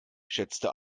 schätzte